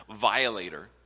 violator